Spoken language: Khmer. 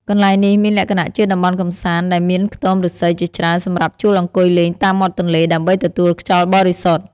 កន្លែងនេះមានលក្ខណៈជាតំបន់កម្សាន្តដែលមានខ្ទមឫស្សីជាច្រើនសម្រាប់ជួលអង្គុយលេងតាមមាត់ទន្លេដើម្បីទទួលខ្យល់បរិសុទ្ធ។